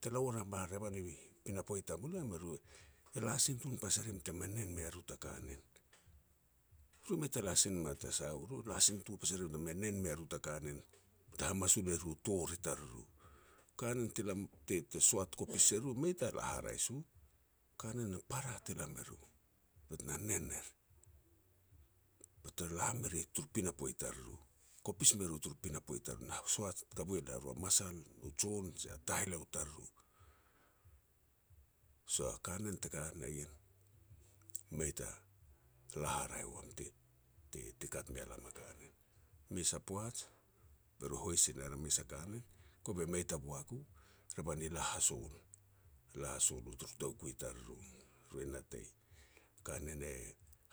Te la ua rim a revan i pinapo i tamulam eru e la sir tun pas e rim ta me nen mea ru ta kanen. Ru mei ta la sin me ma ta sa uru, la sin tun pas e rim ta me nen mea ru ta kanen, bete hamasol er u tor i tariru. Kanen ti lam te-te soat kopis e ruru mei ta la haraeh si u, kanen a para te la me riru, bet na nen er, bete la me rea turu pinapo i tariru. Kopis me ru turu pinapo tariru, na soat kavui e ria ru a masal, u jon je taheleo tariru. So a kanen teka ta ien, mei ta la haraeh wam, te-te-te kat mea lam a kanen. Mes a poaj be ru hois si ner a mes a kenan. Kova mei ta boak u, revan i la hasol, la hasol u turu toukui tariru, ru i natei kanen e